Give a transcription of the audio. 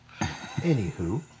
anywho